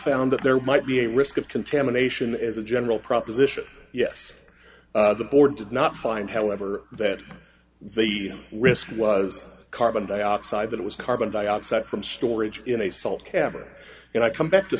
found that there might be a risk of contamination as a general proposition yes the board did not find however that the risk was carbon dioxide that it was carbon dioxide from storage in a salt cavern and i come back to